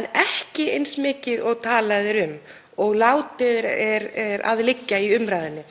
en ekki eins mikið og talað er um og látið er að liggja í umræðunni.